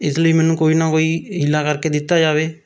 ਇਸ ਲਈ ਮੈਨੂੰ ਕੋਈ ਨਾ ਕੋਈ ਹਿੱਲਾ ਕਰਕੇ ਦਿੱਤਾ ਜਾਵੇ